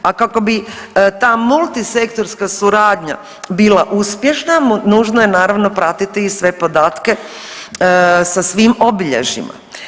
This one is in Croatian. A kako bi ta multi sektorska suradnja bila uspješna nužno je naravno pratiti i sve podatke sa svim obilježjima.